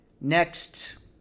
next